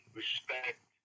respect